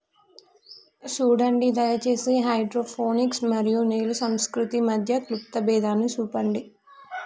సూడండి దయచేసి హైడ్రోపోనిక్స్ మరియు నేల సంస్కృతి మధ్య క్లుప్త భేదాన్ని సూపండి